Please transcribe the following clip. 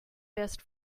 best